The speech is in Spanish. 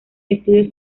estudios